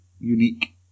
unique